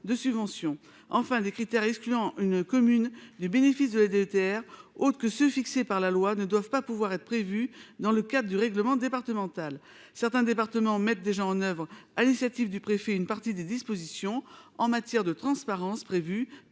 de subventions, enfin, des critères excluant une commune du bénéfice de la DETR autre que ceux fixés par la loi ne doivent pas pouvoir être prévu dans le cadre du règlement départemental certains départements mettent déjà en oeuvre, à l'initiative du préfet, une partie des dispositions en matière de transparence prévus